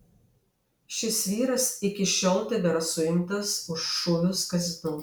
šis vyras iki šiol tebėra suimtas už šūvius kazino